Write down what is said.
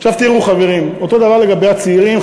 עכשיו, תראו, חברים, אותו הדבר לגבי הצעירים.